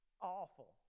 Awful